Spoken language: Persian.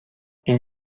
این